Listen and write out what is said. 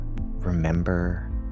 remember